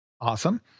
Awesome